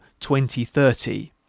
2030